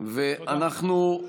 אנחנו,